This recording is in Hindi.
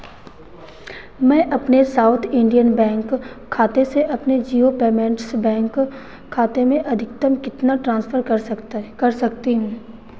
मैं अपने सॉउथ इंडियन बैंक खाते से अपने जिओ पेमेट्स बैंक खाते में अधिकतम कितना ट्रांसफर कर सकते हैं कर सकती हूँ